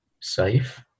safe